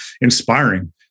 inspiring